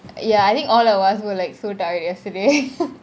ya I think all of us were like so tired yesterday